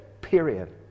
period